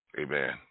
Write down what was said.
Amen